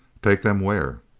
take them where?